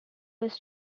was